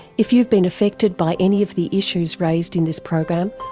if you've been affected by any of the issues raised in this program,